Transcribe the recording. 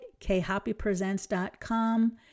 khoppypresents.com